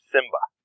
Simba